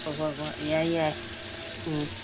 ꯍꯣꯏ ꯍꯣꯏ ꯌꯥꯏ ꯌꯥꯏ ꯎꯝ